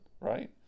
right